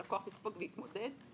שהלקוח יספוג והתמודד.